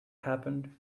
happened